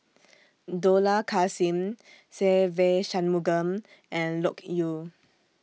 Dollah Kassim Se Ve Shanmugam and Loke Yew